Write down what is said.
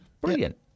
Brilliant